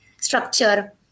structure